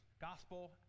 Gospel